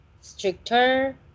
stricter